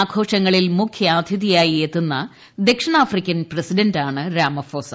ദിനാഘോഷങ്ങളിൽ മുഖ്യ അതിഥിയായെത്തുന്ന ദക്ഷിണാഫ്രിക്കൻ പ്രസിഡന്റാണ് രാമഫോസ